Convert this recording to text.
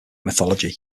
mythology